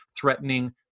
threatening